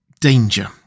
danger